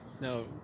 no